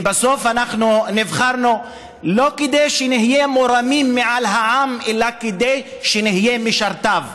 כי בסוף נבחרנו לא כדי שנהיה מורמים מעם אלא כדי שנהיה משרתיו,